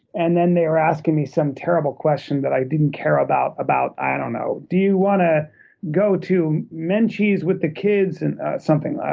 and then they were asking me some terrible question that i didn't care about, about i i don't know, do you want to go to menchie's with the kids? and something, i